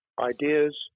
Ideas